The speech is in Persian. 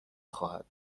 خواهد